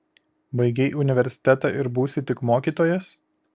baigei universitetą ir būsi tik mokytojas